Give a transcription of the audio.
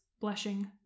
blushing